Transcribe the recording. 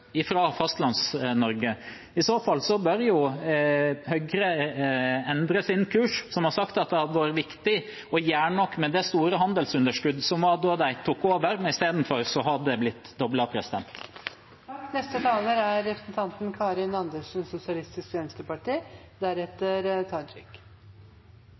I så fall bør jo Høyre, som har sagt at det hadde vært viktig å gjøre noe med det store handelsunderskuddet som var da de tok over, endre sin kurs. I stedet har det blitt